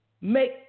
make